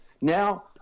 now